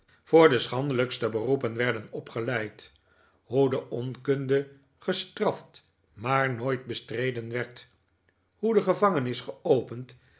voor de schandelijkste beroepen werden opgeleid hoe de onkunde gestraft maar nooit bestreden werd hoe de gevangenis geopend